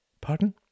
Pardon